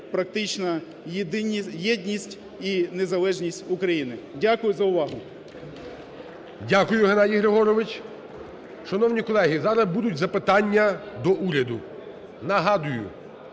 практично єдність і незалежність України. Дякую за увагу. ГОЛОВУЮЧИЙ. Дякую, Геннадій Григорович. Шановні колеги, зараз будуть запитання до уряду. Нагадую,